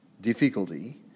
difficulty